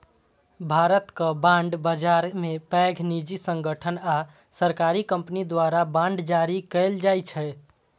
भारतक बांड बाजार मे पैघ निजी संगठन आ सरकारी कंपनी द्वारा बांड जारी कैल जाइ छै